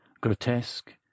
grotesque